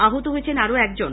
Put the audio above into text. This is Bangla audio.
আহত হয়েছেন আরো একজন